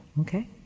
Okay